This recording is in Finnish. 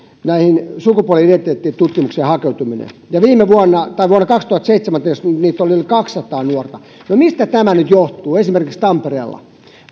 sukupuoli identiteettitutkimuksiin hakeutuminen vuonna kaksituhattaseitsemäntoista niitä oli yli kaksisataa nuorta no mistä tämä nyt johtuu esimerkiksi tampereella